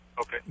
okay